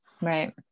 Right